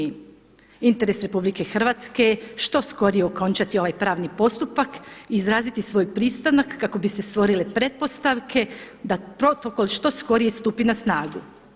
Interes RH je što skorije okončati ovaj pravni postupak, izraziti svoj pristanak kako bi se stvorile pretpostavke da Protokol što skorije stupi na snagu.